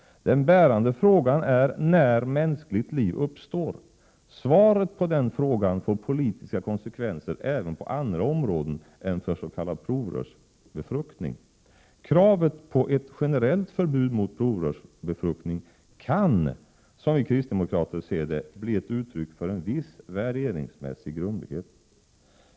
Den bärande frågan är när mänskligt liv uppstår. Svaret på den frågan får politiska konsekvenser även på andra områden än för s.k. provrörsbefruktning. Kravet på generellt förbud mot provrörsbefruktning kan, som vi kristdemokrater ser saken, bli ett uttryck för en viss värderingsmässig grumlighet.